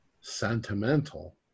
sentimental